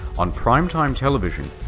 on prime-time television,